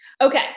Okay